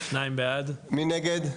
הצבעה בעד, 2 נגד,